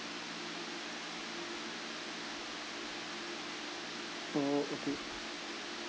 orh okay